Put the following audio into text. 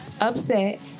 Upset